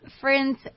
friends